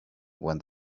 when